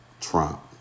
Trump